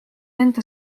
enda